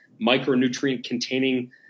micronutrient-containing